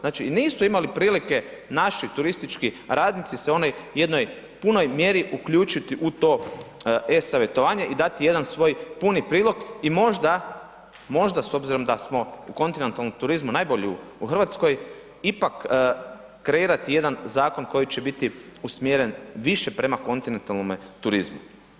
Znači, i nisu imali prilike naši turistički radnici se u onoj jednoj punoj mjeri uključiti u to e-savjetovanje i dati jedan svoj puni prilog i možda, možda s obzirom da smo u kontinentalnom turizmu, najbolji u RH, ipak kreirati jedan zakon koji će biti usmjeren više prema kontinentalnome turizmu.